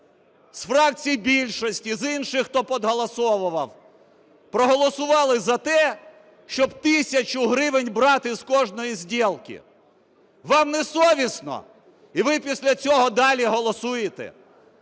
з фракцій більшості, з інших, хто підголосовував, проголосували за те, щоб тисячу гривень брати з кожної сдєлки? Вам не совісно? І ви після цього далі голосуєте.